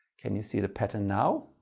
can you see the pattern now?